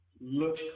look